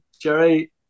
Jerry